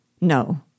No